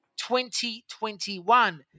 2021